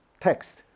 text